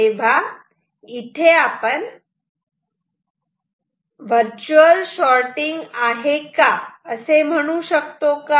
तेव्हा इथे आपण वर्च्युअल शॉटिंग आहे का असे म्हणू शकतो का